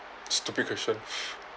stupid questions